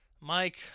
Mike